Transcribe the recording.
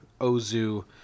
ozu